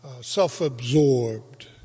self-absorbed